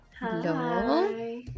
Hi